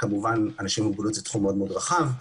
וכמובן זה תחום מאוד רחב,